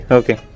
okay